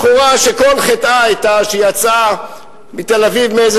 בחורה שכל חטאה היה שהיא יצאה בתל-אביב מאיזה